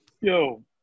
Yo